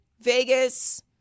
vegas